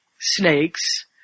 snakes